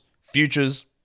futures